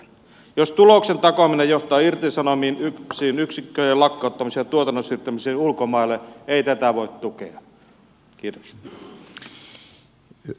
jos tuloksen takaaminen johtaa irtisanomisiin yksikköjen lakkauttamisiin ja tuotannon siirtämisiin ulkomaille ei tätä voi tukea